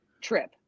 trip